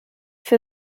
für